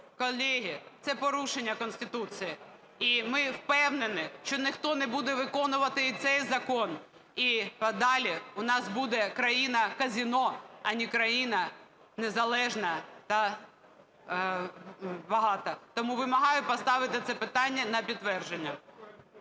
Колеги, це порушення Конституції. І ми впевнені, що ніхто не буде виконувати і цей закон, і подалі у нас буде країна-казино, а не країна незалежна та багато. Тому вимагаю поставити це питання на підтвердження.